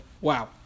wow